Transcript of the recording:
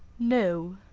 no.